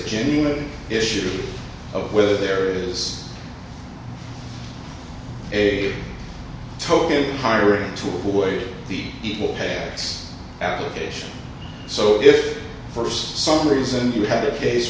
genuine issue of whether there is a token hiring to avoid the equal pay act application so if for some reason you had a case